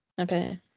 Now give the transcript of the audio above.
Okay